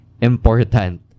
important